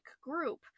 group